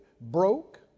broke